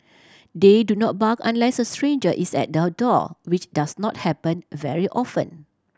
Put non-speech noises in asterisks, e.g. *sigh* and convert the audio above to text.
*noise* they do not bark unless a stranger is at the door which does not happen very often